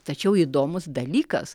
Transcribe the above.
tačiau įdomus dalykas